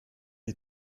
die